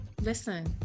Listen